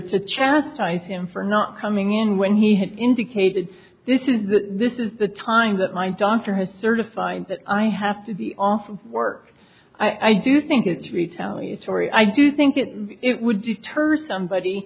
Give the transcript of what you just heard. to chastise him for not coming in when he has indicated this is that this is the time that my doctor has certified that i have to be off work i do think it's retaliatory i do think that it would deter somebody